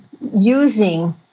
using